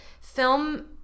film